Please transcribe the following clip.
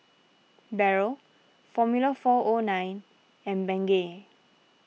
Barrel formula four O nine and Bengay